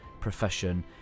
profession